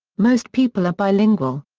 most people are bilingual.